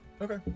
Okay